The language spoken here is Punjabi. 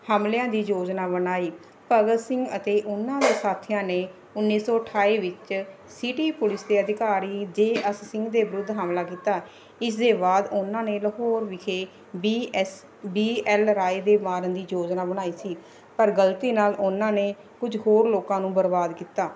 ਹਮਲਿਆਂ ਦੀ ਯੋਜਨਾ ਬਣਾਈ ਭਗਤ ਸਿੰਘ ਅਤੇ ਉਹਨਾਂ ਦੇ ਸਾਥੀਆਂ ਨੇ ਉੱਨੀ ਸੌ ਅਠਾਈ ਵਿੱਚ ਸਿਟੀ ਪੁਲਿਸ ਦੇ ਅਧਿਕਾਰੀ ਜੇ ਐਸ ਸਿੰਘ ਦੇ ਵਿਰੁੱਧ ਹਮਲਾ ਕੀਤਾ ਇਸ ਦੇ ਬਾਅਦ ਉਹਨਾਂ ਨੇ ਲਾਹੌਰ ਵਿਖੇ B S B L Rai ਦੇ ਮਾਰਨ ਦੀ ਯੋਜਨਾ ਬਣਾਈ ਸੀ ਪਰ ਗਲਤੀ ਨਾਲ ਉਹਨਾਂ ਨੇ ਕੁਝ ਹੋਰ ਲੋਕਾਂ ਨੂੰ ਬਰਬਾਦ ਕੀਤਾ